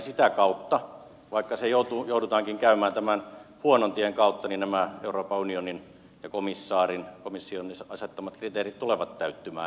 sitä kautta vaikka se joudutaankin käymään tämän huonon tien kautta nämä euroopan unionin ja komission asettamat kriteerit tulevat täyttymään